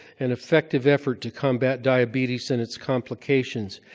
and effective effort to combat diabetes and its complications.